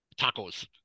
tacos